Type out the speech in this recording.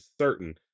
certain